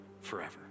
forever